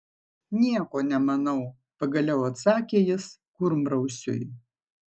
nieko nemanau pagaliau atsakė jis kurmrausiui